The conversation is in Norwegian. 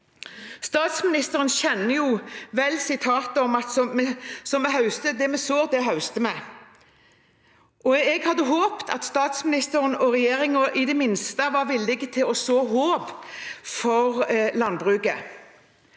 Statsministeren kjenner vel ordtaket «vi høster som vi sår», og jeg hadde håpet at statsministeren og regjeringen i det minste var villig til å så håp for landbruket.